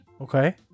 Okay